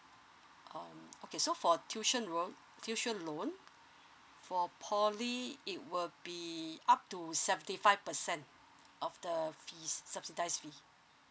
um okay so for tuition room tuition loan for poly it will be up to seventy five percent of the fees subsidised fees